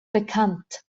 bekannt